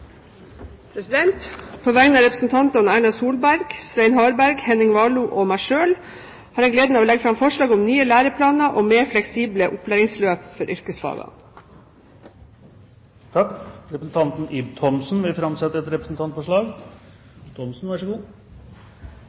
På vegne av representantene Erna Solberg, Svein Harberg, Henning Warloe og meg selv har jeg gleden av å legge fram forslag om nye læreplaner og mer fleksible opplæringsløp for yrkesfagene. Representanten Ib Thomsen vil framsette et representantforslag.